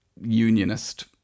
unionist